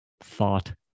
thought